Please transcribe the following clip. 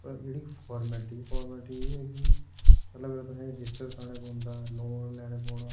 जेह्ड़ी एक्क फारमैलिटी ऐ फारमैलिटी एह् ऐ कि पैहला इक ते तुहें रजिस्टर कराने पौंदा लोन लैने पौना